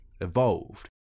evolved